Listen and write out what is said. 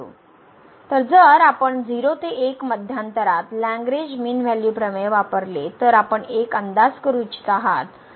तर जर आपण 0 ते 1 मध्यांतरात लग्रेंज मीन व्हॅल्यू प्रमेय वापरले तर आपण 1 अंदाज करू इच्छित आहात